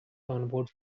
onboard